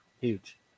huge